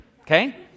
okay